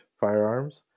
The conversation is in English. firearms